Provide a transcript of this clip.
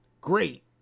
great